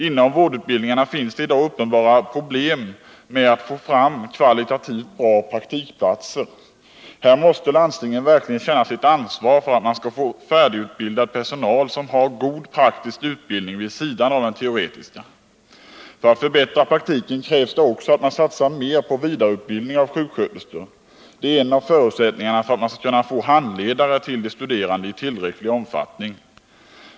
Inom vårdutbildningarna finns det i dag uppenbara problem med att få fram kvalitativt bra praktikplatser. Här måste landstingen verkligen känna sitt ansvar för att få färdigutbildad personal, som har god praktisk utbildning vid sidan av den För att förbättra praktiken krävs det också att man satsar mer på vidareutbildning av sjuksköterskor. Det är en av förutsättningarna för att man i tillräcklig omfattning skall kunna få handledare för de studerande.